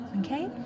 okay